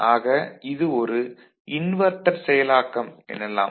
ஆக இது ஒரு இன்வெர்ட்டர் செயலாக்கம் எனலாம்